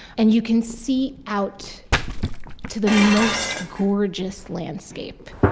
and you can see out to the most gorgeous landscape.